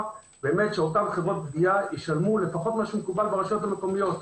שאותן חברות גבייה ישלמו לפחות מה שמקובל ברשויות המקומיות.